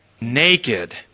naked